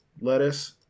lettuce